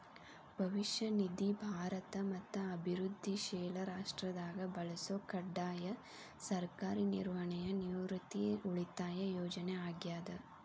ಭವಿಷ್ಯ ನಿಧಿ ಭಾರತ ಮತ್ತ ಅಭಿವೃದ್ಧಿಶೇಲ ರಾಷ್ಟ್ರದಾಗ ಬಳಸೊ ಕಡ್ಡಾಯ ಸರ್ಕಾರಿ ನಿರ್ವಹಣೆಯ ನಿವೃತ್ತಿ ಉಳಿತಾಯ ಯೋಜನೆ ಆಗ್ಯಾದ